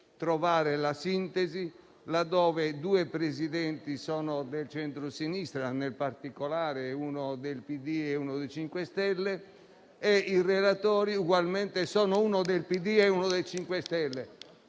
trovare la sintesi laddove due Presidenti sono del centrosinistra, in particolare uno del PD e uno del MoVimento 5 Stelle, e i relatori ugualmente sono uno del PD e uno del MoVimento 5 Stelle.